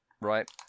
Right